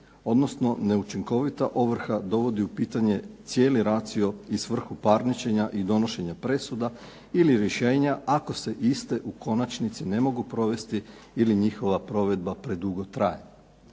odnosno neučinkovita ovrha dovodi u pitanje cijeli ratio i svrhu parničenja i donošenja presuda ili rješenja ako se iste u konačnici ne mogu provesti ili njihova provedba predugo traje.